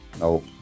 No